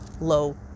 low